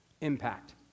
impact